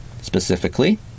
specifically